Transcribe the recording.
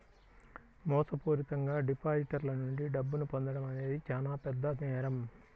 మోసపూరితంగా డిపాజిటర్ల నుండి డబ్బును పొందడం అనేది చానా పెద్ద నేరం